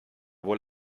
wohl